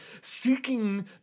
seeking